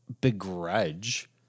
begrudge